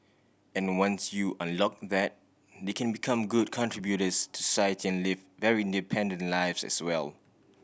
and once you unlock that they can become good contributors to society and live very independent lives as well